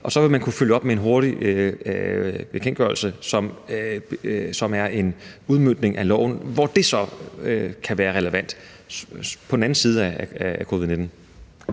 så vil man kunne følge op med en hurtig bekendtgørelse, som er en udmøntning af loven, hvor det så kan være relevant. Kl. 11:20 Første